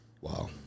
Wow